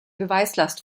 beweislast